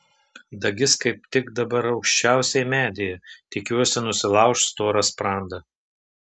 dagis kaip tik dabar aukščiausiai medyje tikiuosi nusilauš storą sprandą